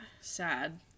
Sad